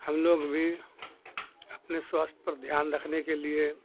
ہم لوگ بھی اپنے سوستھ پر دھیان رکھنے کے لیے